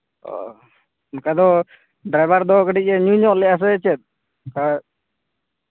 ᱦᱮᱸ ᱚᱱᱠᱟ ᱫᱚ ᱰᱟᱭᱵᱷᱟᱨ ᱫᱚ ᱠᱟᱹᱴᱤᱡᱼᱮ ᱧᱩᱼᱧᱚᱜ ᱞᱮᱫᱟ ᱥᱮ ᱪᱮᱫ ᱟᱨ